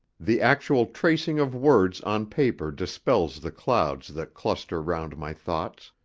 the actual tracing of words on paper dispels the clouds that cluster round my thoughts.